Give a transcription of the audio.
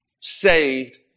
saved